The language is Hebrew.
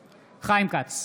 כץ,